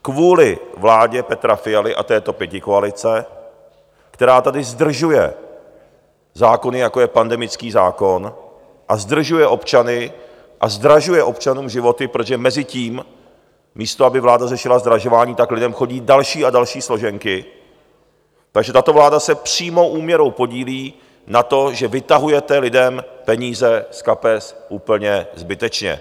Kvůli vládě Petra Fialy a této pětikoalice, která tady zdržuje zákony, jako je pandemický zákon, a zdržuje občany a zdražuje občanům životy, protože mezitím místo aby vláda řešila zdražování, tak lidem chodí další a další složenky, takže tato vláda se přímou úměrou podílí na tom, že vytahujete lidem peníze z kapes úplně zbytečně.